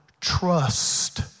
Trust